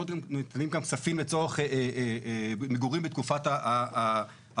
ניתנים גם כספים לצורך מגורים בתקופת הפינוי.